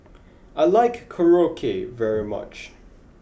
I like Korokke very much